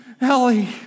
Ellie